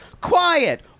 quiet